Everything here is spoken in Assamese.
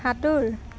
সাতোঁৰ